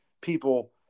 people